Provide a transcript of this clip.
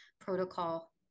protocol